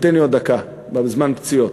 תן לי עוד דקה בזמן פציעות.